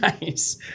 Nice